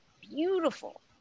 beautiful